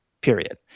Period